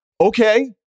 okay